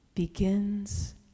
begins